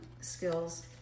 skills